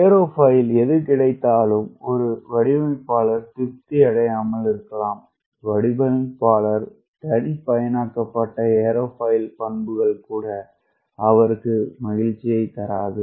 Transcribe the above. aerofoil எது கிடைத்தாலும் ஒரு வடிவமைப்பாளர் திருப்தி அடையாமல் இருக்கலாம் வடிவமைப்பாளர்கள் தனிப்பயனாக்கப்பட்ட ஏரோஃபாயில் பண்புகள் கூட அவருக்கு மகிழ்ச்சி தராது